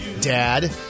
dad